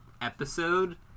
episode